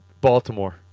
Baltimore